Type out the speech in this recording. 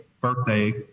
birthday